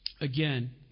Again